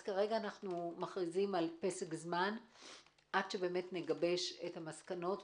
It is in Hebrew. אנחנו מכריזים על פסק זמן עד שנגבש את המסקנות,